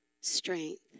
strength